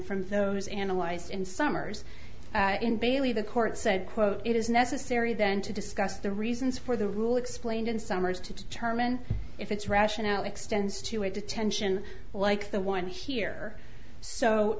from those analyzed in summers in bailey the court said quote it is necessary then to discuss the reasons for the rule explained in summers to determine if its rationale extends to a detention like the one here so